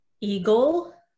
eagle